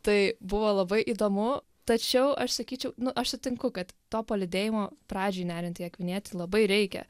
tai buvo labai įdomu tačiau aš sakyčiau nu aš sutinku kad to palydėjimo pradžioj neriant į akvinietį labai reikia